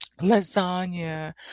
lasagna